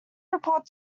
report